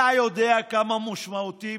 אתה יודע כמה זה משמעותי.